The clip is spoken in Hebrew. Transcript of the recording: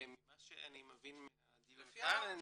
ממה שאני מבין מהדיון כאן,